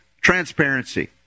transparency